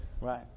right